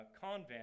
Convent